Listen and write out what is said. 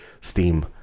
Steam